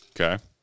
Okay